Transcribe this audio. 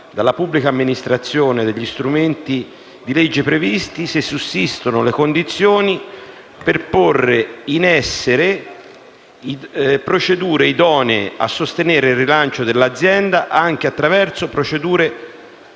dalla pubblica amministrazione ed agli strumenti di legge previsti, se sussistano le condizioni per porre in essere procedure idonee a sostenere il rilancio dell'azienda anche attraverso procedure